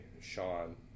Sean